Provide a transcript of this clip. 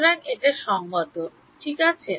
সুতরাং এটা সংগত ঠিক আছে